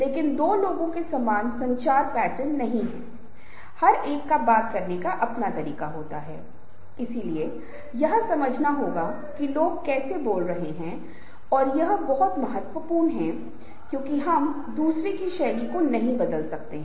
लेकिन कम से कम शुरुआत में अगर लोगों को किसी प्रकार का अच्छा संचार और उचित समझ हो तो चीजें काफी आसान हो जाती हैं अन्यथा क्या होता है कि अगर लोग अहंकार की समस्या से पीड़ित हैं अगर लोग सोच रहे हैं कि वे दूसरों से बेहतर हैं अगर इस तरह की भावनाएँ हैं तो समूह बहुत प्रभावी नहीं हो सकता है